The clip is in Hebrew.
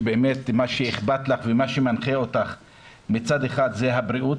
שבאמת מה שאכפת לך ומה שמנחה אותך מצד אחד זה הבריאות,